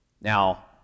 Now